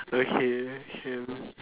okay okay